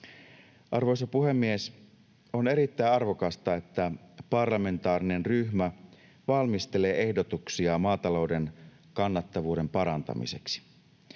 Arvoisa puhemies! On erittäin arvokasta, että parlamentaarinen ryhmä valmistelee ehdotuksia maatalouden kannattavuuden parantamiseksi.